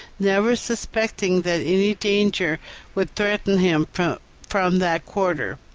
never suspecting that any danger would threaten him from that quarter.